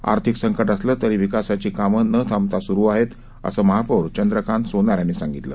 आर्थिक संकट असलं तरी विकासाची कामं न थांबता सुरु आहेत असं महापौर चंद्रकांत सोनार यांनी सांगितलं